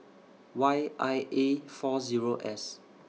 Y I A four Zero S